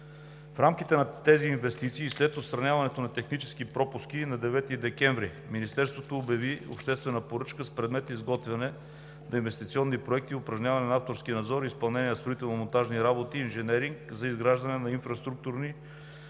В рамките на тези инвестиции и след отстраняването на технически пропуски на 9 декември 2019 г. Министерството обяви обществена поръчка с предмет „Изготвяне на инвестиционни проекти и упражняване на авторски надзор и изпълнение на строително монтажни работи (инженеринг) за изграждане на инфраструктурни райони